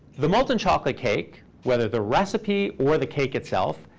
the molten chocolate cake, whether the recipe or the cake itself,